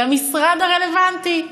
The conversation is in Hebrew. למשרד הרלוונטי.